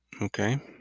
Okay